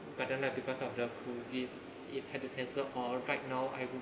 but then right because of the COVID it had to cancel or right now I would